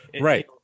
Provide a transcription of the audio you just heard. right